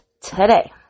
today